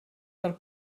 del